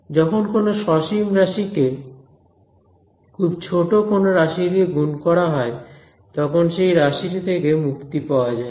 যখন কোন সসীম রাশিকে খুব ছোট কোন রাশি দিয়ে গুণ করা হয় তখন সেই রাশিটি থেকে মুক্তি পাওয়া যায়